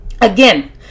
Again